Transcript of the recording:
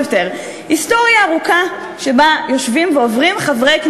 כי פעם הארכתם את זה בחצי שנה ואחר כך בעוד חצי שנה.